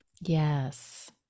yes